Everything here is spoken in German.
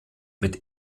mit